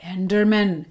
Enderman